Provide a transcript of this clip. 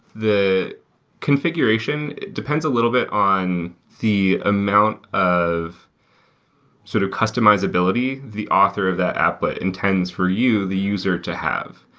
the configuration depends a little bit on the amount of sort of customizability. the author of that applet intends for you, the user, to have.